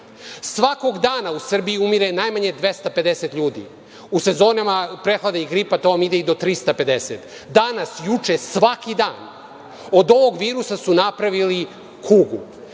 svakog dana u Srbiji umire najmanje 250 ljudi. U sezonama prehlade i gripa to vam ide i do 350 ljudi. Danas, juče, svaki dan. Od ovog virusa su napravili kugu,